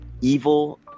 evil